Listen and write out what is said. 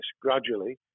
gradually